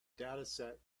dataset